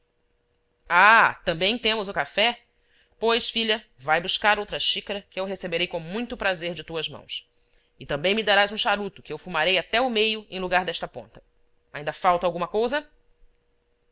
ah também temos o café pois filha vai buscar outra xícara que eu receberei com muito prazer de tuas mãos e também me darás um charuto que eu fumarei até o meio em lugar desta ponta ainda falta alguma cousa